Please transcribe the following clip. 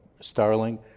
starling